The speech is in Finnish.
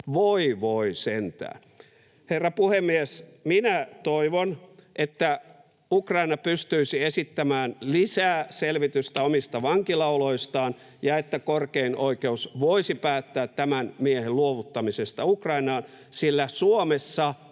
voi voi sentään. Herra puhemies! Minä toivon, että Ukraina pystyisi esittämään lisää selvitystä omista vankilaoloistaan ja että korkein oikeus voisi päättää tämän miehen luovuttamisesta Ukrainaan, sillä Suomessa